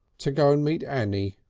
to go and meet annie.